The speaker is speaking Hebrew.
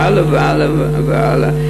והלאה והלאה והלאה.